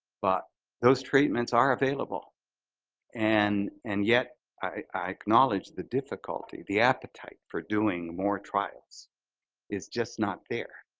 but those treatments are available and and yet i acknowledge the difficulty, the appetite for doing more trials is just not there.